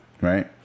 right